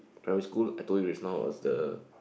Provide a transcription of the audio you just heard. primary school I told you just now was the